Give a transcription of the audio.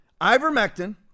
ivermectin